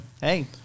Hey